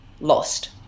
lost